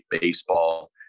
baseball